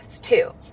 Two